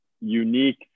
unique